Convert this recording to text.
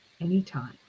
anytime